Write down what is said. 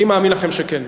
אני מאמין לכם שכן.